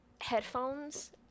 headphones